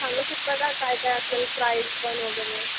सांगू शकता का काय काय असेल प्राईज पण वगैरे